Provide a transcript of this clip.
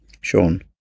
Sean